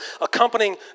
accompanying